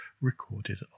recorded